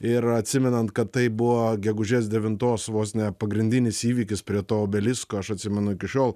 ir atsimenant kad tai buvo gegužės devintos vos ne pagrindinis įvykis prie to obelisko aš atsimenu iki šiol